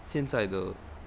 现在的